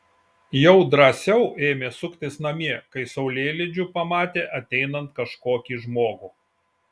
jau drąsiau ėmė suktis namie kai saulėlydžiu pamatė ateinant kažkokį žmogų